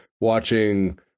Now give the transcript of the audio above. watching